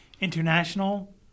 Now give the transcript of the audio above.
international